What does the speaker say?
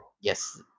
Yes